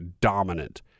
dominant